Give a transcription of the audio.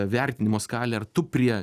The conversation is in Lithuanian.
vertinimo skalę ar tu prie